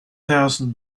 thousand